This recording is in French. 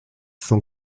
cent